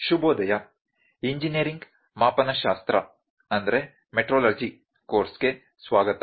ಶುಭೋದಯ ಎಂಜಿನಿಯರಿಂಗ್ ಮಾಪನಶಾಸ್ತ್ರ ಕೋರ್ಸ್ಗೆ ಸ್ವಾಗತ